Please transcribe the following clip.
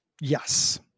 Yes